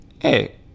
hey